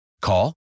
Call